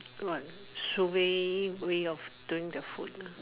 what suay way of doing the food ah